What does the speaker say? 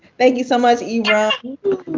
thank you so much, ibram.